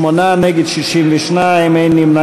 הסתייגות מס' 14, בעדה, 58, נגד, 62, אין נמנעים.